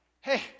hey